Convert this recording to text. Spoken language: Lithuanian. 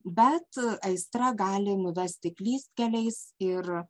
bet aistra gali nuvesti klystkeliais ir